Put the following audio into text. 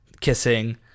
kissing